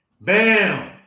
Bam